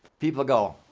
people go,